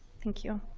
thank you.